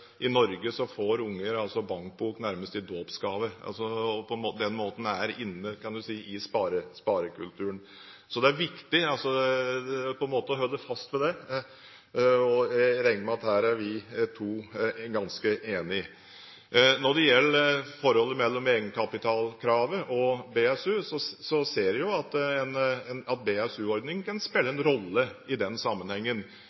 i Norge får unger bankbok i dåpsgave, og på den måten er de inne i sparekulturen. Det er viktig å holde fast ved det, og jeg regner med at her er vi to ganske enige. Når det gjelder forholdet mellom egenkapitalkravet og BSU, ser jeg at BSU-ordningen kan spille en rolle i den sammenhengen. Men det er også, som representanten Syversen sier, andre tiltak som er mulig. Startlånet er et slikt tiltak. En tredje mulighet er at en